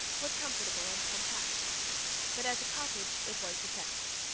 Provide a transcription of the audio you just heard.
was comfortable and compact but as a cottage it was defective,